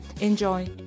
Enjoy